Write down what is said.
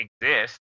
exist